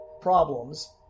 problems